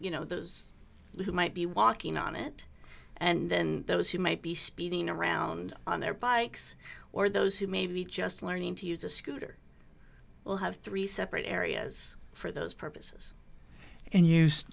you know those who might be walking on it and then those who might be speeding around on their bikes or those who maybe just learning to use a scooter will have three separate areas for those purposes and used